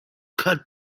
cut